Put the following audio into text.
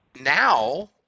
now